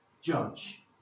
judge